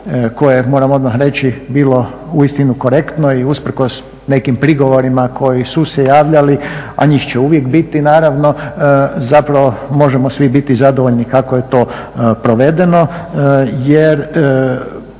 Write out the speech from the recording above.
koje moram odmah reći bilo uistinu korektno i usprkos nekim prigovorima koji su se javljali, a njih će uvijek biti naravno zapravo možemo svi biti zadovoljni kako je to provedeno. Jer